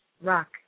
rock